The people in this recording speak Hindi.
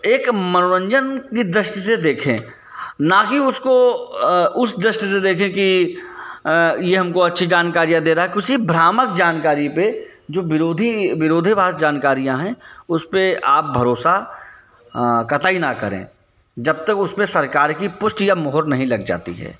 एक मनोरंजन की दृष्टि से देखें न कि उसको उस दृष्टि से देखें कि यह हमको अच्छी जानकारियाँ दे रहा है किसी भ्रामक जानकारी पर जो विरोधी विरोधीभास जानकारियाँ हैं उसपर आप भरोसा कतई न करें जब तक उसपर सरकार की पुष्टि या मोहर नहीं लग जाती है